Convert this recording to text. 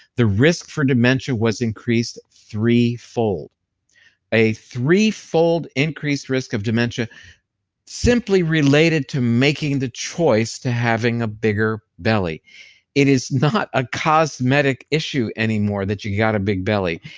the risk for dementia was increased threefold. a threefold increased risk of dementia simply related to making the choice to having a bigger belly it is not a cosmetic issue anymore that you got a big belly.